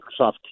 microsoft